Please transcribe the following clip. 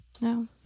No